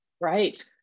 Right